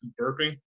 burping